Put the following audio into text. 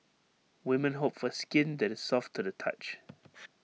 women hope for skin that is soft to the touch